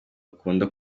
akunda